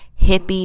hippie